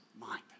mind